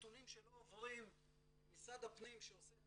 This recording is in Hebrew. הנתונים שלא עוברים ממשרד הפנים שעושה את